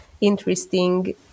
interesting